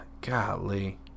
golly